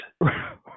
Right